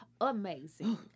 amazing